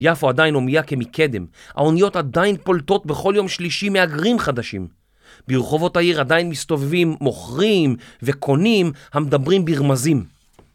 יפו עדיין הומיה כמקדם, האוניות עדיין פולטות בכל יום שלישי מהגרים חדשים, ברחובות העיר עדיין מסתובבים, מוכרים וקונים המדברים ברמזים